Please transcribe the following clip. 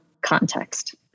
context